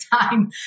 time